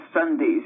Sundays